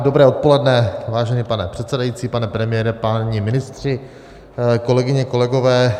Dobré odpoledne, vážený pane předsedající, pane premiére, páni ministři, kolegyně, kolegové.